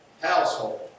household